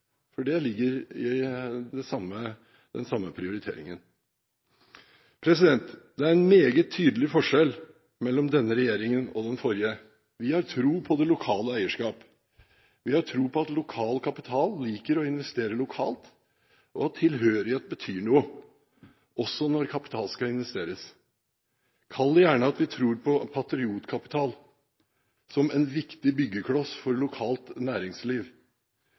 på. Det ligger i den samme prioriteringen. Det er en meget tydelig forskjell på denne regjeringen og den forrige. Vi har tro på det lokale eierskap. Vi har tro på at lokal kapital liker å investere lokalt, og at tilhørighet betyr noe, også når kapital skal investeres. Kall det gjerne at vi tror på «patriotkapital» som en viktig byggekloss for lokalt næringsliv.